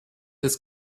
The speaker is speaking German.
des